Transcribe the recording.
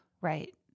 right